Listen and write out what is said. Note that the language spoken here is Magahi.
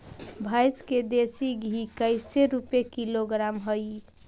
भैंस के देसी घी कैसे रूपये किलोग्राम हई?